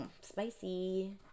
spicy